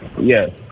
Yes